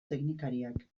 teknikariak